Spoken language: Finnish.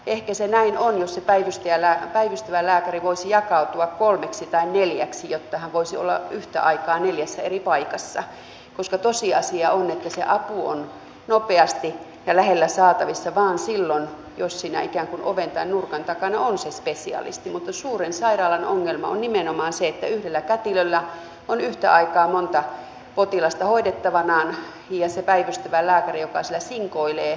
ehkä se näin olisi jos se päivystävä lääkäri voisi jakautua kolmeksi tai neljäksi jotta hän voisi olla yhtä aikaa neljässä eri paikassa koska tosiasia on että se apu on nopeasti ja lähellä saatavissa vain silloin jos siinä ikään kuin oven tai nurkan takana on se spesialisti mutta suuren sairaalan ongelma on nimenomaan se että yhdellä kätilöllä on yhtä aikaa monta potilasta hoidettavanaan ja se päivystävä lääkäri siellä sinkoilee